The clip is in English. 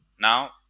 Now